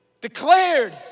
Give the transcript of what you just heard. declared